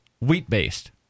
wheat-based